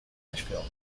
nashville